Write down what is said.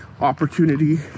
opportunity